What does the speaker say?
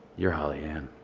you're holly-ann.